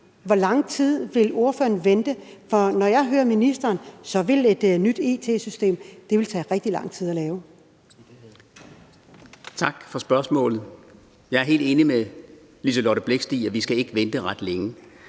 Hvor lang tid vil ordføreren vente? For som jeg hører ministeren, vil et nyt it-system tage rigtig lang tid at lave. Kl. 13:13 Nils Sjøberg (RV): Tak for spørgsmålet. Jeg er helt enig med Liselott Blixt i, at vi ikke skal vente ret længe.